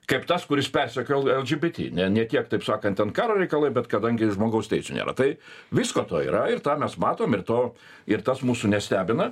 kaip tas kuris persekiojo el eldžybyty ne ne tiek taip sakant ten karo reikalai bet kadangi žmogaus teisių nėra tai visko to yra ir tą mes matom ir to ir tas mūsų nestebina